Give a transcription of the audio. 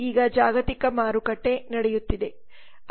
ಈಗ ಜಾಗತಿಕ ಮಾರುಕಟ್ಟೆ ನಡೆಯುತ್ತಿದೆ